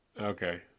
okay